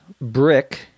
brick